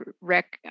rec